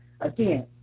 Again